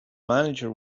manager